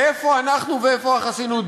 איפה אנחנו ואיפה החסינות?